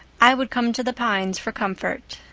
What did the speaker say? i would come to the pines for comfort,